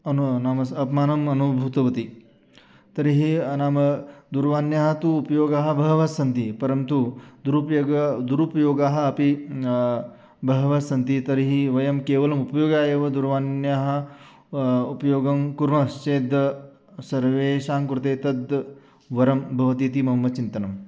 अनु नाम स अपमानम् अनुभूतवती तर्हि नाम दूर्वाण्याः तु उपयोगः बहवः सन्ति परन्तु दुरुपयोगः दुरुपयोगः अपि बहवः सन्ति तर्हि वयं केवलम् उपयोगाय एव दूरवाण्याः उपयोगं कुर्मश्चेद् सर्वेषां कृते तद् वरं भवतीति मम चिन्तनम्